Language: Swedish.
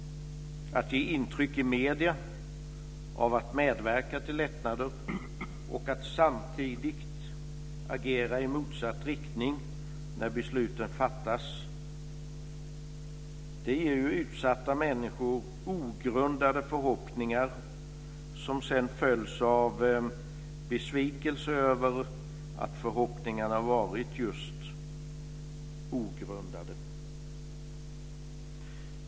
Att ge intryck i medierna av att medverka till lättnader och samtidigt agera i motsatt riktning när besluten fattas ger utsatta människor förhoppningar som följs av besvikelse när det visar sig att förhoppningarna varit ogrundade.